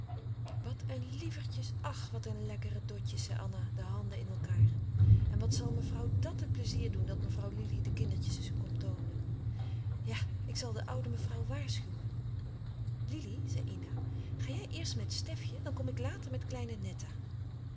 wat een lievertjes ach wat een lekkere dotjes zei anna de handen in elkaâr en wat zal mevrouw dat een pleizier doen dat mevrouw lili de kindertjes eens komt toonen ja ik zal de oude mevrouw waarschuwen lili zei ina ga jij eerst met stefje dan kom ik later met kleine netta